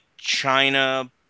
china